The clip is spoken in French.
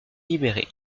libéré